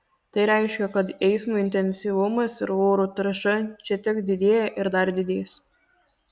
tai reiškia kad eismo intensyvumas ir oro tarša čia tik didėja ir dar didės